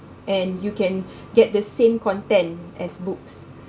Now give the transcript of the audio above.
and you can get the same content as books